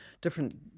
different